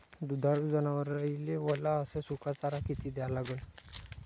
दुधाळू जनावराइले वला अस सुका चारा किती द्या लागन?